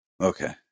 Okay